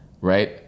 right